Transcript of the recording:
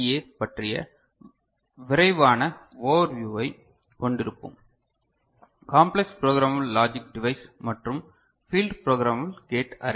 ஏ பற்றிய விரைவான ஓவர் வியூவை கொண்டிருப்போம் காம்ப்ளக்ஸ் புரோகிராமபல் லாஜிக் டிவைஸ் மற்றும் ஃபீல்ட் புரோகிராமபல் கேட் அரே